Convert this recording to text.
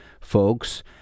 folks